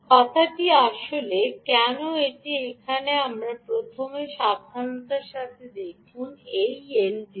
কথাটি আসলে কেন এটি এখানে প্রথম সাবধানতার সাথে দেখুন এই এলডিও